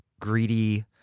greedy